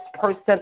person